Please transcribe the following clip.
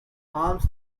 harms